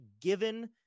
given